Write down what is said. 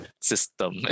system